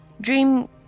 Dream